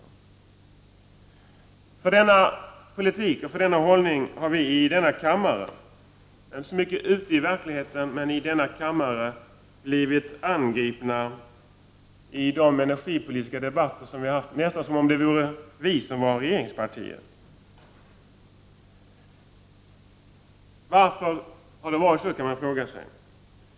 För denna politik och denna hållning har vi blivit angripna, inte så mycket ute i verkligheten men i denna kammare i energipolitiska debatter. Det verkar som om man trodde att moderata samlingspartiet var regeringspartiet. Man kan fråga sig: Varför har det varit så?